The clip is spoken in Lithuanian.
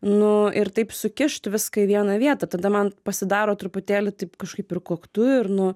nu ir taip sukišt viską į vieną vietą tada man pasidaro truputėlį taip kažkaip ir koktu ir nu